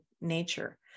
nature